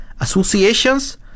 associations